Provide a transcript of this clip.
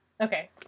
Okay